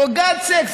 for God's sake,